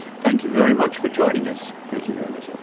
thank you very much for joining us. thank you very much, um